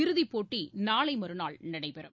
இறுதிப் போட்டி நாளை மறுநாள் நடைபெறும்